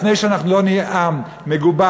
לפני שאנחנו נהיה עם מגובש,